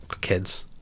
Kids